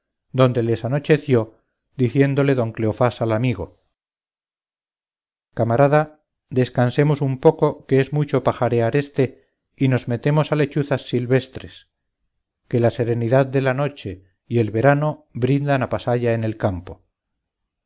donde les anocheció diciéndole don cleofás al amigo camarada descansemos un poco que es mucho pajarear éste y nos metemos a lechuzas silvestres que la serenidad de la noche y el verano brindan a pasalla en el campo